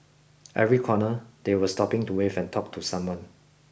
every corner they were stopping to wave and talk to someone